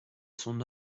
son